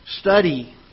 Study